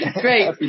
Great